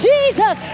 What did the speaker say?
Jesus